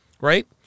Right